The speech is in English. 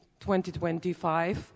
2025